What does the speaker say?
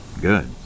good